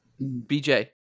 BJ